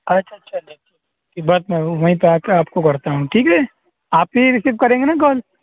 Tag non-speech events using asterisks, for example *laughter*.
اچھا اچھا *unintelligible* بس میں وہیں پہ آ کے آپ کو کرتا ہوں ٹھیک ہے آپ ہی ریسیو کریں گے نا کال